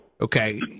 Okay